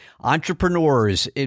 entrepreneurs